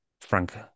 Frank